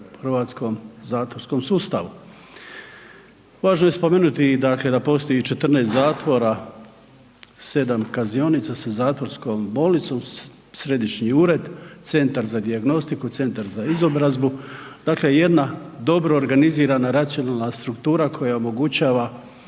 hrvatskom zatvorskom sustavu. Važno je spomenuti i dakle da postoji 14 zatvora, 7 kaznionica sa zatvorskom bolnicom, središnji ured, centar za dijagnostiku, centar za izobrazbu, dakle jedna dobro organizirana racionalna struktura koja omogućava